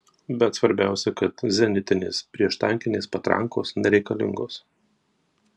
bet svarbiausia kad zenitinės prieštankinės patrankos nereikalingos